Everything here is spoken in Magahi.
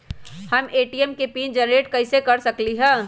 हम ए.टी.एम के पिन जेनेरेट कईसे कर सकली ह?